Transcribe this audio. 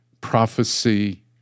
prophecy